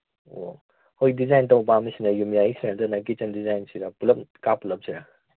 ꯑꯣ ꯍꯣꯏ ꯗꯤꯖꯥꯏꯟ ꯇꯧ ꯄꯥꯝꯃꯤꯁꯤꯅ ꯌꯨꯝꯌꯥꯏꯁꯤꯔꯥ ꯀꯤꯠꯆꯟ ꯗꯤꯖꯥꯏꯟꯁꯤꯔꯥ ꯄꯨꯂꯞ ꯀꯥ ꯄꯨꯂꯞꯁꯤꯔꯥ